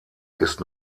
ist